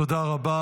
תודה רבה.